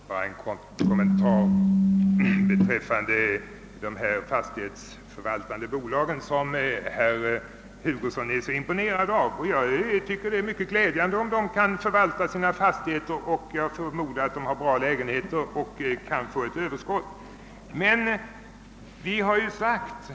Herr talman! Bara en kort kommen tar beträffande de fastighetsförvaltande bolagen som herr Hugosson är så imponerad av. Jag tycker det är mycket glädjande om de kan förvalta sina fastigheter; jag förmodar att de har bra lägenheter och kan få fram ett överskott.